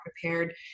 prepared